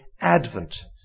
Advent